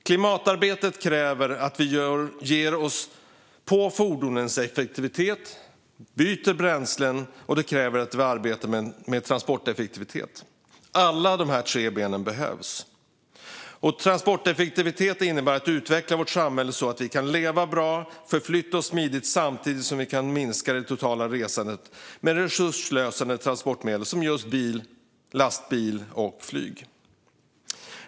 Klimatarbetet kräver att vi ger oss på fordonens effektivitet, att vi byter bränslen och att vi arbetar med transporteffektivitet. Alla dessa tre ben behövs. Och transporteffektivitet innebär att utveckla vårt samhälle så att vi kan leva bra, förflytta oss smidigt samtidigt som vi kan minska det totala resandet med resursslösande transportmedel som just bil, lastbil och flyg.